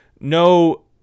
no